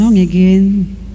again